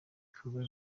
ibikorwa